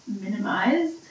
minimized